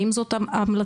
האם זאת ההמלצה?